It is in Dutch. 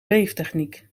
weeftechniek